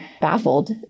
baffled